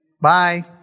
bye